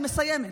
אני מסיימת.